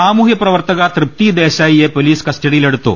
സാമൂഹ്യ പ്രവർത്തക തൃപ്തി ദേശായിയെ പൊലീസ് കസ്റ്റഡിയിലെടുത്തു